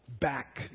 back